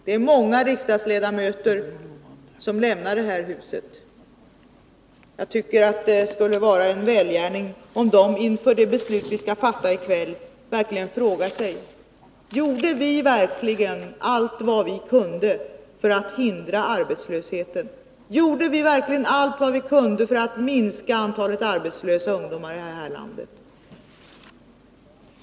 Det är många riksdagsledamöter som därmed lämnar detta hus. Jag tycker att det skulle vara en välgärning om de inför det beslut vi skall fatta i kväll verkligen frågar sig: Gjorde vi allt vad vi kunde för att förhindra arbetslösheten? Gjorde vi verkligen allt vi kunde för att minska antalet arbetslösa ungdomar i det här landet?